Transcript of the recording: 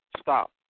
stop